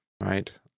right